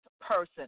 person